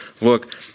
Look